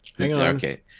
Okay